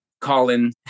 Colin